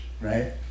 right